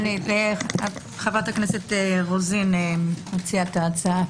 חבת הכנסת רוזין, מציעת ההצעה.